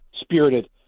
spirited